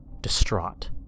distraught